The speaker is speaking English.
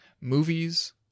movies